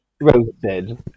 Roasted